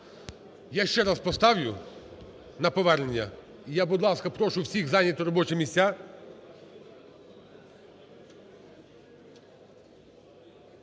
Я ще раз поставлю на повернення. І я, будь ласка, прошу всіх зайняти робочі місця.